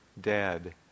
dead